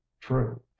true